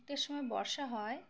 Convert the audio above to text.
একটা সময় বর্ষা হয়